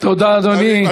תודה, אדוני.